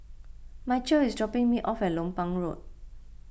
Mychal is dropping me off at Lompang Road